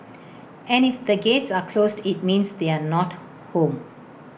and if the gates are closed IT means they are not home